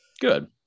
good